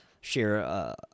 share